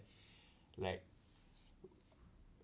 like